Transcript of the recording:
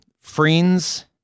friends